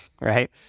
right